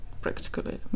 practically